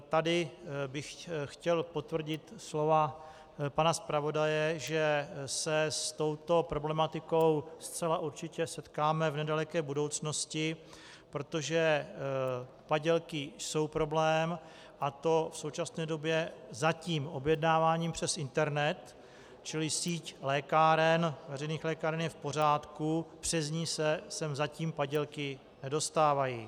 Tady bych chtěl potvrdit slova pana zpravodaje, že se s touto problematikou zcela určitě setkáme v nedaleké budoucnosti, protože padělky jsou problém, a to v současné době zatím objednáváním přes internet, čili síť veřejných lékáren je v pořádku, přes ni se sem zatím padělky nedostávají.